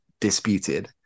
disputed